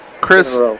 Chris